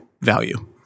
value